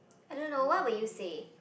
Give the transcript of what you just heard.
I don't know what would you say